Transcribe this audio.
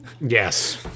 Yes